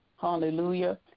Hallelujah